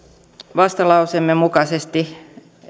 vastalauseemme mukaisesti